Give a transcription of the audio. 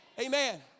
Amen